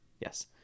Yes